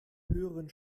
höheren